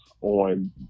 on